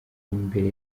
imbere